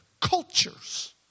cultures